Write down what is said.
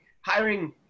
Hiring